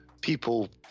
people